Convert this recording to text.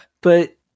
But-